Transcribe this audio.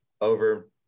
over